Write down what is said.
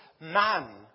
man